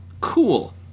cool